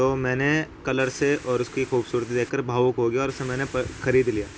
تو میں نے کلر سے اور اس کی خوبصورتی دیکھ کر بھاوک ہو گیا اور اسے میں نے خرید لیا